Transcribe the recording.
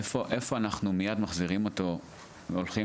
איפה אנחנו מייד מחזירים אותו והולכים